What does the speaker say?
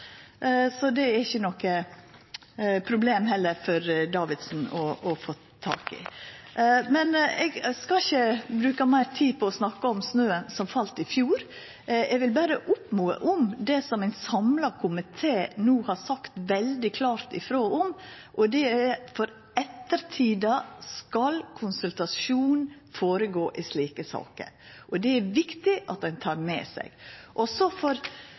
så den er det heller ikkje noko problem for Davidsen å få tak i. Men eg skal ikkje bruka meir tid på å snakka om snøen som fall i fjor. Eg vil berre oppmoda om det som ein samla komité no har sagt veldig klart ifrå om, at for ettertida skal konsultasjon gjennomførast i slike saker, og det er det viktig at ein tek med seg. Då må ein sørgja for